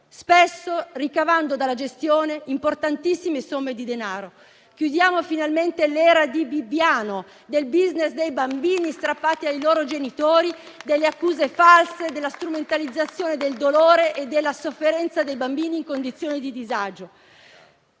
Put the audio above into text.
spesso ricavando dalla gestione importantissime somme di denaro. Chiudiamo finalmente l'era di Bibbiano, del *business* dei bambini strappati ai loro genitori, delle accuse false, della strumentalizzazione del dolore e della sofferenza dei bambini in condizioni di disagio.